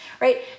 right